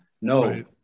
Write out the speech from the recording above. No